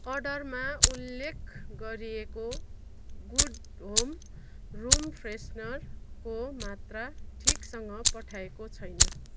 अर्डरमा उल्लेख गरिएको गुड होम रुम फ्रेसनरको मात्रा ठीकसँग पठाएको छैन